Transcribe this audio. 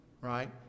Right